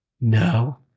No